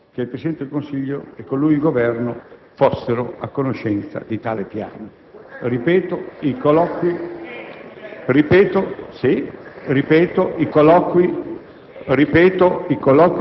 a costituire prova che il Presidente del Consiglio e, con lui, il Governo fossero a conoscenza di tale piano. STORACE